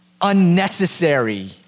unnecessary